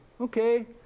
okay